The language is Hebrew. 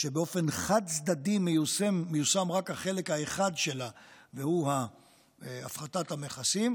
שבאופן חד-צדדי מיושם רק החלק האחד שלה והוא הפחתת המכסים.